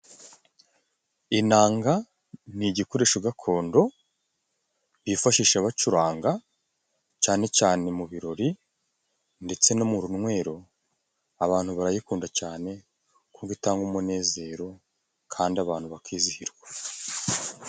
Inanga ni igikoresho gakondo bifashisha bacuranga, cyane cyane mu birori ndetse no mu runywero. Abantu barayikunda cyane kuko itanga umunezero kandi abantu bakizihirwa.